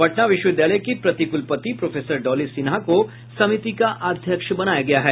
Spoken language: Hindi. पटना विश्वविद्यालय की प्रतिकुलपति प्रोफेसर डॉली सिन्हा को समिति का अध्यक्ष बनाया गया है